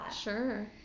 Sure